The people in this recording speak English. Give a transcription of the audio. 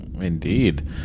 Indeed